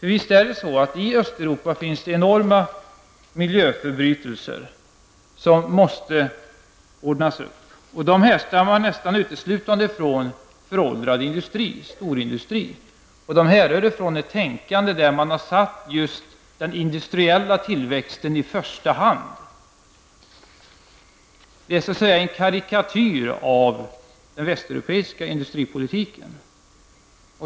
Visst är det så att det i Östeuropa finns enorma miljöförbrytelser som måste rättas till. De härstammar nästan uteslutande från föråldrad storindustri, och de härrör från ett tänkande där man satt just den industriella tillväxten i främsta rummet. Det är en karikatyr på den västeuropeiska industripolitiken.